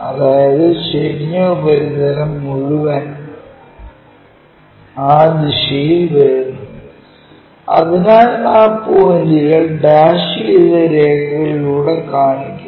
അതായത് ചരിഞ്ഞ ഉപരിതലം മുഴുവൻ ആ ദിശയിൽ വരുന്നു അതിനാൽ ആ പോയിന്റുകൾ ഡാഷ് ചെയ്ത രേഖകളിലൂടെ കാണിക്കും